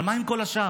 אבל מה עם כל השאר?